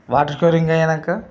water curing అయినాక